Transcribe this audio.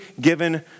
given